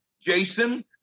Jason